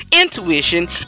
intuition